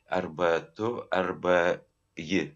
arba tu arba ji